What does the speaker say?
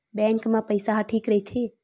Bank मा पईसा ह ठीक राइथे?